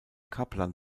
kaplan